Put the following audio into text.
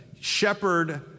Shepherd